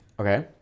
Okay